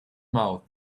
mouth